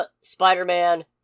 Spider-Man